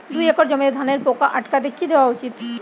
দুই একর জমিতে ধানের পোকা আটকাতে কি দেওয়া উচিৎ?